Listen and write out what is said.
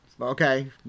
okay